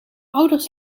ouders